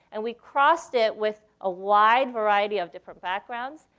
and we crossed it with a wide variety of different backgrounds.